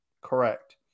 correct